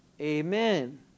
Amen